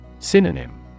Synonym